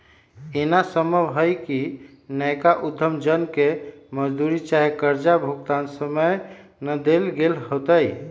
एना संभव हइ कि नयका उद्यम जन के मजदूरी चाहे कर्जा भुगतान समय न देल गेल होतइ